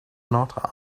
not